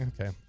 Okay